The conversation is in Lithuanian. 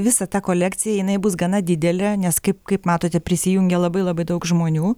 visą tą kolekciją jinai bus gana didelė nes kaip kaip matote prisijungė labai labai daug žmonių